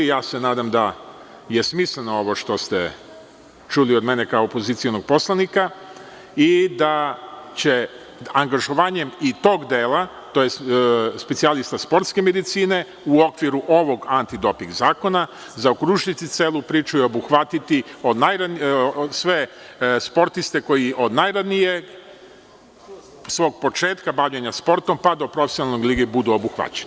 Nadam se da je smisleno ovo što ste čuli od mene kao opozicionog poslanika i da će angažovanjem i tog dela, tj. specijalista sportske medicine, u okviru ovog antidoping zakona zaokružiti celu priču i obuhvatiti sve sportiste koji od najranijeg svog početka bavljenja sportom pa do profesionalne lige, budu obuhvaćeni.